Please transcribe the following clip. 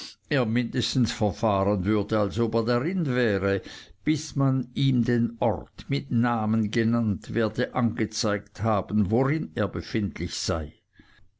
mindestens verfahren würde als ob er darin wäre bis man ihm den ort mit namen genannt werde angezeigt haben worin er befindlich sei